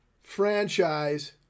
franchise